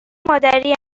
مادری